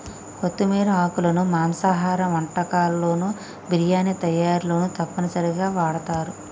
కొత్తిమీర ఆకులను మాంసాహార వంటకాల్లోను బిర్యానీ తయారీలోనూ తప్పనిసరిగా వాడుతారు